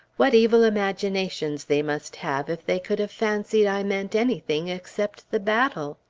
what evil imaginations they must have, if they could have fancied i meant anything except the battle!